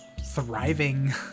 thriving